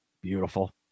Beautiful